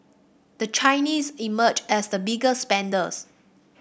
the Chinese emerged as the biggest spenders